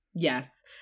Yes